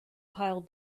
pile